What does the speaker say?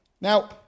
Now